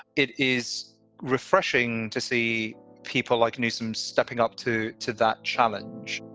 it is refreshing to see people like newsome's stepping up to to that challenge